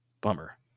Bummer